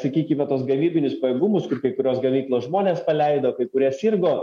sakykime tuos gamybinius pajėgumus kur kai kurios gamyklos žmonės paleido kai kurie sirgo